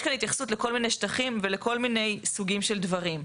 יש כאן התייחסות לכל מיני שטחים ולכל מיני סוגים של דברים.